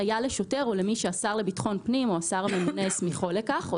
"היה לשוטר או למי שהשר לביטחון פנים הסמיכו לכך או